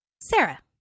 Sarah